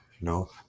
No